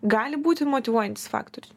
gali būti motyvuojantis faktorius